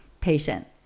Patient